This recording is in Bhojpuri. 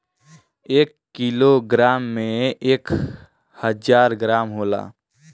एक किलोग्राम में एक हजार ग्राम होला